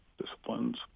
Disciplines